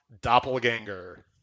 Doppelganger